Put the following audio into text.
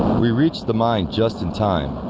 we reached the mine just in time.